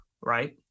right